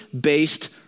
based